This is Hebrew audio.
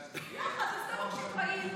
זה יותר חשוב,